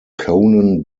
conan